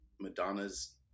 madonna's